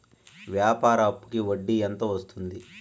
వ్యాపార అప్పుకి వడ్డీ ఎంత వస్తుంది?